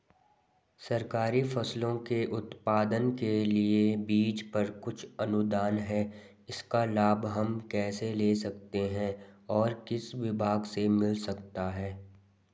सरकारी फसलों के उत्पादन के लिए बीज पर कुछ अनुदान है इसका लाभ हम कैसे ले सकते हैं और किस विभाग से मिल सकता है?